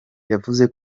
yavuze